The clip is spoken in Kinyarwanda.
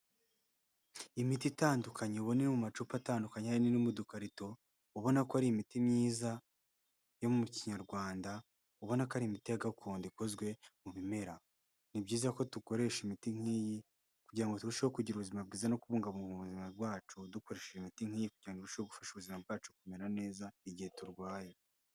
Imiti itandukanye ubona iri mu macupa atandukanye hari n'iri mu dukarito, ubona ko ari imiti myiza yo mu kinyarwanda, ubona ko ari imiti ya gakondo ikozwe mu bimera. Ni byiza ko dukoresha imiti nk'iyi kugira ngo turusheho kugira ubuzima bwiza no kubungabunga ubuzima bwacu dukoresheje imiti nk'iyi kugira ngo irusheho gufasha ubuzima bwacu kumera neza igihe turwaye.